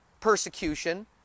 persecution